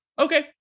okay